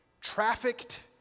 trafficked